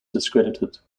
discredited